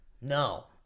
No